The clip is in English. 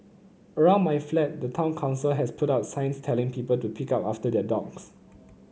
around my flat the town council has put up signs telling people to pick up after their dogs